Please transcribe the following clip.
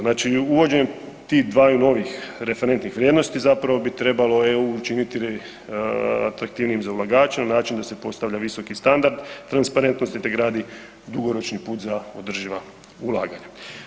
Znači, uvođenjem tih dvaju novih referentnih vrijednosti zapravo bi trebalo EU učiniti atraktivnijim za ulagače na način da se postavlja visoki standard transparentnosti, te gradi dugoročni put za održiva ulaganja.